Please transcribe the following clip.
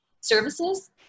services